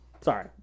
Sorry